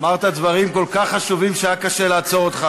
אמרת דברים כל כך חשובים שהיה קשה לעצור אותך,